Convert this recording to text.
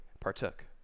partook